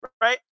right